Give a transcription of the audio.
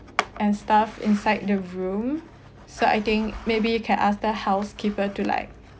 and stuff inside the room so I think maybe you can ask the housekeeper to like